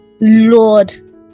Lord